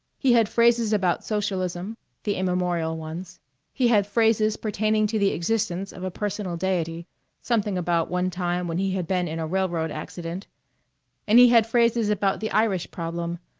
he had phrases about socialism the immemorial ones he had phrases pertaining to the existence of a personal deity something about one time when he had been in a railroad accident and he had phrases about the irish problem,